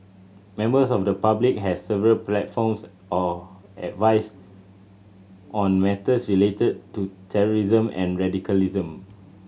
members of the public has several platforms or advice on matters related to terrorism and radicalism